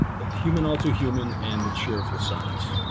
the human all too human and the cheerful science,